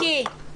מיקי,